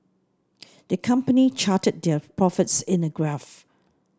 the company charted their profits in a graph